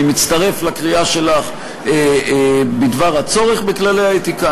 אני מצטרף לקריאה שלך בדבר הצורך בכללי האתיקה.